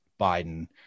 biden